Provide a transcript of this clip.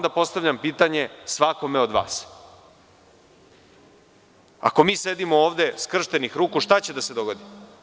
Ja postavljam pitanje svakome od vas – ako mi sedimo ovde skrštenih ruku, šta će da se dogodi?